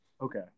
Okay